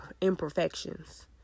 imperfections